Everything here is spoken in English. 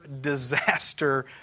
disaster